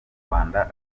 rwanda